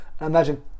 Imagine